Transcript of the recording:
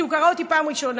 כי הוא קרא אותי פעם ראשונה.